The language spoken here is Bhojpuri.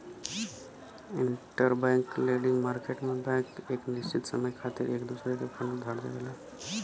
इंटरबैंक लेंडिंग मार्केट में बैंक एक निश्चित समय खातिर एक दूसरे के फंड उधार देवला